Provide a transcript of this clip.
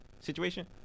Situation